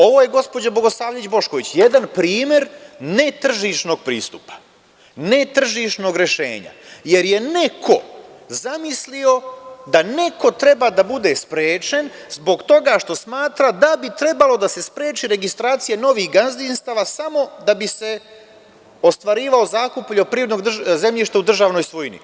Ovo je gospođa Bogosavljević Bošković, jedan primer ne tržišnog pristupa, ne tržišnog rešenja, jer je neko zamislio da neko treba da bude sprečen zbog toga što smatra da bi trebalo da se spreči registracija novih gazdinstava samo da bi se ostvarivao zakup poljoprivrednog zemljišta u državnoj svojini.